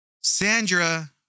Sandra